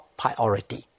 priority